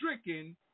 stricken